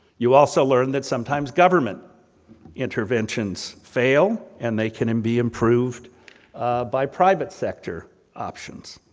you'll also learn that sometimes government interventions fail, and they can and be improved by private sector options.